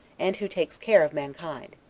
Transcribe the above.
and who takes care of mankind.